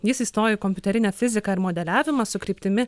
jis įstojo į kompiuterinę fiziką ir modeliavimą su kryptimi